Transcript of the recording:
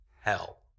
hell